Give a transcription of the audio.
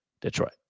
Detroit